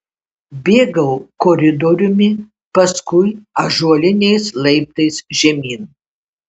bėgau koridoriumi paskui ąžuoliniais laiptais žemyn